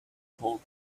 cold